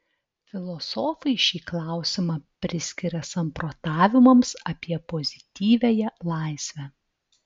filosofai šį klausimą priskiria samprotavimams apie pozityviąją laisvę